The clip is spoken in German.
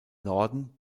norden